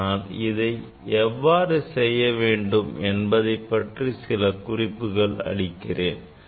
ஆனால் இதை எவ்வாறு செய்ய வேண்டும் என்பதைப் பற்றி சில குறிப்புகளை அளிக்கிறேன்